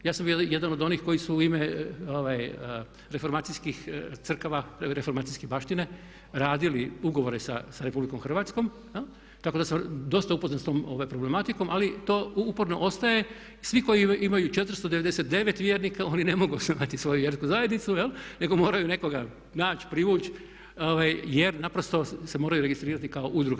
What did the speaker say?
Ja sam bio jedan od onih koji su u ime reformacijskih crkava, reformacijske baštine radili ugovore sa RH tako da sam dosta upoznat sa tom problematikom ali to uporno ostaje i svi koji imaju 499 vjernika oni ne mogu osnovati svoju vjersku zajednicu nego moraju nekoga naći, privući jer naprosto se moraju registrirati kao udruga.